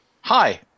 Hi